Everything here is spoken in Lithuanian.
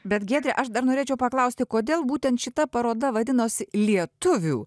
bet giedre aš dar norėčiau paklausti kodėl būtent šita paroda vadinosi lietuvių